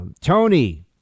Tony